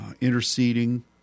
interceding